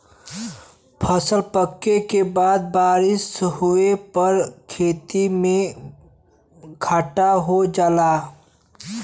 फसल पके के बाद बारिस होए पर खेती में घाटा हो जाला